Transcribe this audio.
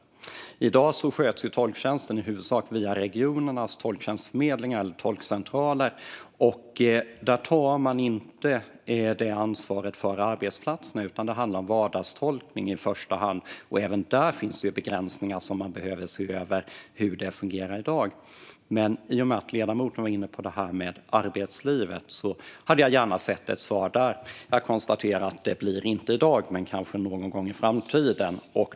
I dag sköts tolktjänsten i huvudsak via regionernas tolktjänstförmedlingar eller tolkcentraler. Där tar man inte ansvar för arbetsplatserna, utan det handlar i första hand om vardagstolkning. Även där finns det begränsningar, och man behöver se över hur detta fungerar i dag. I och med att ledamoten var inne på arbetslivet hade jag gärna sett ett svar på detta. Jag konstaterar att det inte kommer i dag, men det kanske kommer någon gång i framtiden.